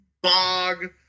bog